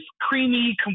creamy